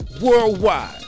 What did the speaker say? worldwide